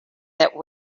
that